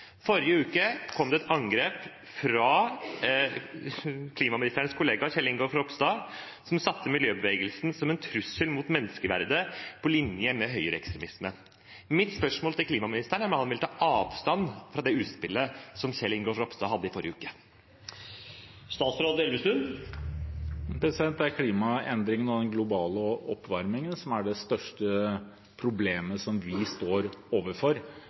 Forrige uke kom det et angrep fra klimaministerens kollega Kjell Ingolf Ropstad, som satte miljøbevegelsen som en trussel mot menneskeverdet på linje med høyreekstremisme. Mitt spørsmål til klimaministeren er om han vil ta avstand fra det utspillet som Kjell Ingolf Ropstad hadde i forrige uke. Det er klimaendringen og den globale oppvarmingen som er det største problemet vi står overfor.